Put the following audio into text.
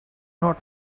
not